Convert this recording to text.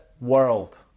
world